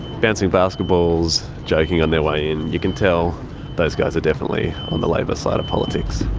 bouncing basketballs joking on their way in, you can tell those guys are definitely on the labor side of politics.